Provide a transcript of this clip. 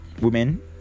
women